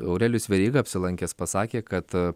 aurelijus veryga apsilankęs pasakė kad